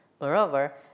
Moreover